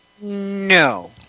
No